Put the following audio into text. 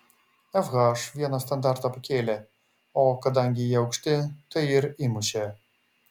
fh vieną standartą pakėlė o kadangi jie aukšti tai ir įmušė